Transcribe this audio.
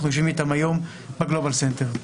אנחנו נשב איתם היום בגלובל סנטר.